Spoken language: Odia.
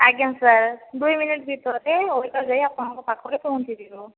ଆଜ୍ଞା ସାର୍ ଦୁଇ ମିନିଟ ଭିତରେ ୱେଟର୍ ଯାଇ ଆପଣଙ୍କ ପାଖରେ ପହଞ୍ଚିଯିବ